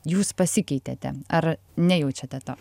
jūs pasikeitėte ar nejaučiate to